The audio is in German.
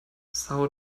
são